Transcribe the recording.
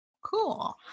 Cool